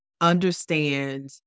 understand